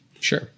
sure